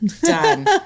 done